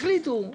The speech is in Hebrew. החליטו.